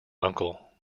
uncle